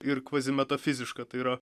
ir kvazimetafiziška tai yra